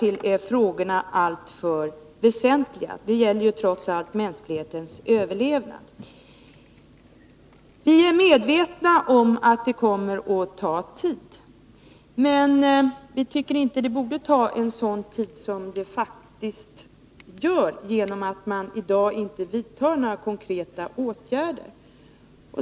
Frågorna är alltför väsentliga. Det gäller ju trots allt mänsklighetens överlevnad. Vi är medvetna om att det kommer att ta tid, men vi tycker inte det borde ta en sådan tid som det faktiskt gör genom att man i dag inte vidtar några konkreta åtgärder.